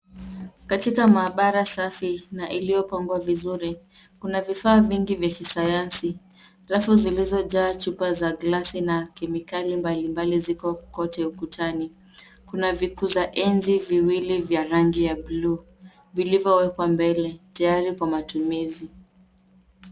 Katika maabara safi na iliyopangwa vizuri kuna vifaa vingi vya kisayansi. Rafu zilizojaa chupa za glasi na kemikali mbalimbali ziko kote ukutani. Kuna vikuzaenzi viwili vya rangi ya bluu vilivyowekwa mbele tayari kwa matumizi.